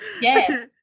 Yes